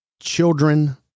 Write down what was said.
children